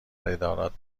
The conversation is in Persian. ادارات